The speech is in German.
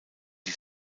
die